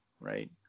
right